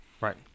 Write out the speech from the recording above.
Right